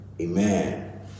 Amen